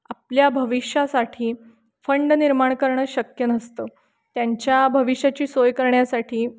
आपल्या भविष्यासाठी फंड निर्माण करणं शक्य नसतं त्यांच्या भविष्याची सोय करण्यासाठी